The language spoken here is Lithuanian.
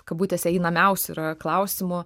kabutėse einamiausių yra klausimų